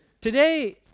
Today